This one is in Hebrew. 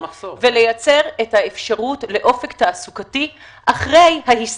ולייצר את האפשרות לאופק תעסוקתי אחרי ההסתכלות.